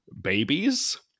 babies